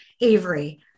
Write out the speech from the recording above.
Avery